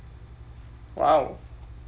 !wow!